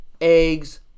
eggs